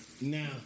Now